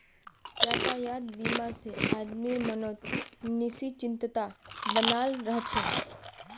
यातायात बीमा से आदमीर मनोत् निश्चिंतता बनाल रह छे